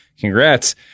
Congrats